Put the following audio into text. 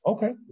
Okay